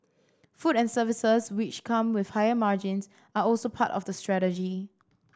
food and services which come with higher margins are also part of the strategy